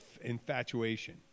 infatuation